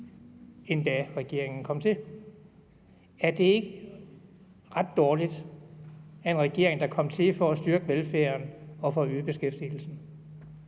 end da regeringen kom til. Er det ikke ret dårligt af en regering, der kom til for at styrke velfærden og for at øge beskæftigelsen?